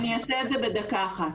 אני אעשה את זה בדקה אחת.